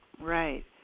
Right